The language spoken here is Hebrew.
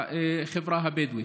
בחברה הבדואית.